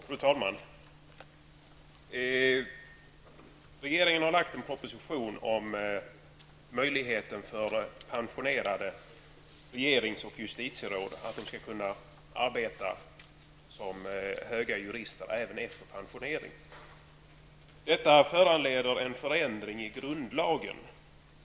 Fru talman! Regeringen har framlagt en proposition om möjligheten för pensionerade regerings och justitieråd att arbeta som höga jurister även efter pensioneringen. Detta föranleder en förändring av grundlagen.